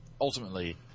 ultimately